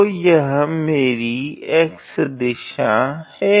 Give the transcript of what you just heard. तो यह मेरी x दिशा है